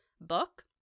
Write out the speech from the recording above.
book